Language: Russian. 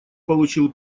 получил